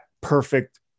perfect